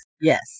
Yes